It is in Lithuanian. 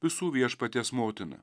visų viešpaties motina